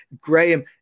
Graham